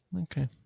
Okay